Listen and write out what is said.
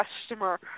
customer